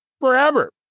forever